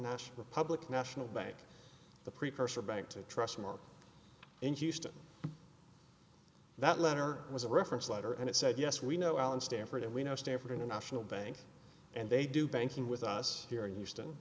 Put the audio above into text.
national republican national bank the precursor bank to trust mark in houston that letter was a reference letter and it said yes we know allen stanford and we know stanford international bank and they do banking with us here in houston